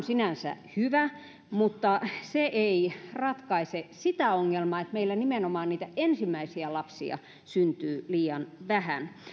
sinänsä hyvä mutta se ei ratkaise sitä ongelmaa että meillä nimenomaan niitä ensimmäisiä lapsia syntyy liian vähän